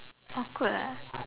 awkward ah